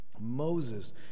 Moses